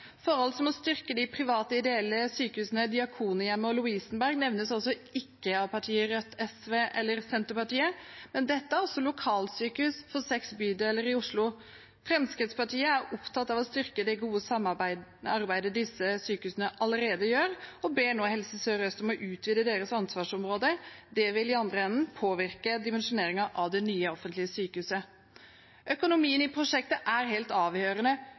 Forhold som å styrke de private, ideelle sykehusene Diakonhjemmet og Lovisenberg nevnes ikke av partiene Rødt, SV eller Senterpartiet, men dette er lokalsykehus for seks bydeler i Oslo. Fremskrittspartiet er opptatt av å styrke det gode arbeidet disse sykehusene allerede gjør, og ber nå Helse Sør-Øst om å utvide deres ansvarsområde. Det vil i den andre enden påvirke dimensjoneringen av det nye offentlige sykehuset. Økonomien i prosjektet er helt avgjørende.